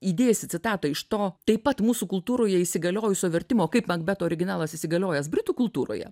įdėsi citatą iš to taip pat mūsų kultūroje įsigaliojusio vertimo kaip makbeto originalas įsigaliojęs britų kultūroje